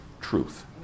truth